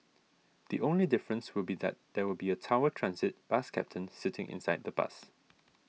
the only difference will be that there will be a Tower Transit bus captain sitting inside the bus